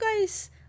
guys